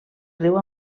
riu